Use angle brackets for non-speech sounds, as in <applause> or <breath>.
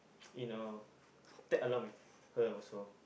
<noise> you know <breath> tag along with her also